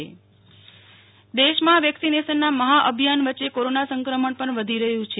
નેહલ ઠક્કર રાજ્ય કોરોના દેશમાં વેક્સિનેશનના મહાઅભિયાન વચ્ચે કોરોના સંક્રમણ પણ વધી રહ્યું છે